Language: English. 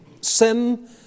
Sin